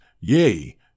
yea